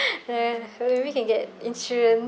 maybe can get insurance